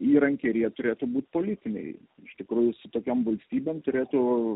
įrankiai ir jie turėtų būt politiniai iš tikrųjų su tokiom valstybėm turėtų